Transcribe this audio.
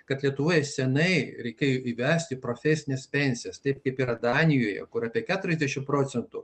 kad lietuvoje seniai reikėjo įvesti profesines pensijas taip kaip yra danijoje kur apie keturiasdešim procentų